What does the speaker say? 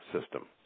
system